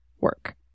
work